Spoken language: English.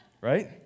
right